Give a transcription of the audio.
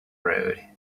road